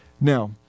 Now